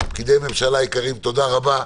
פקידי ממשלה יקרים, תודה רבה.